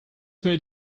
made